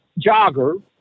jogger